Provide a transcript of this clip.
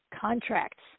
contracts